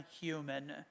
human